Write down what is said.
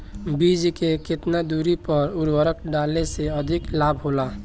बीज के केतना दूरी पर उर्वरक डाले से अधिक लाभ होला?